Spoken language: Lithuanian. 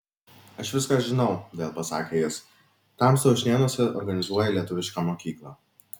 aš viską žinau vėl pasakė jis tamsta ušnėnuose organizuoji lietuvišką mokyklą